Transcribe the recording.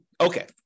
Okay